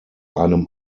einem